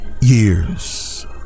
years